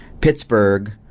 Pittsburgh